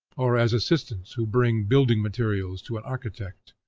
or as assistants who bring building materials to an architect.